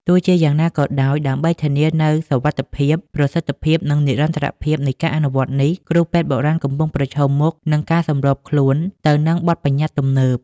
ទោះជាយ៉ាងណាក៏ដោយ ដើម្បីធានានូវសុវត្ថិភាព ប្រសិទ្ធភាព និងនិរន្តរភាពនៃការអនុវត្តនេះ គ្រូពេទ្យបុរាណកំពុងប្រឈមមុខនឹងការសម្របខ្លួនទៅនឹងបទប្បញ្ញត្តិទំនើប។